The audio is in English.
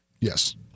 Yes